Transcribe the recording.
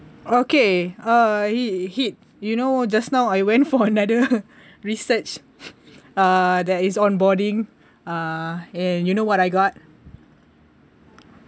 okay uh he he you know just now I went for another research uh that is on boarding uh and you know what I got